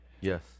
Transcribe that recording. yes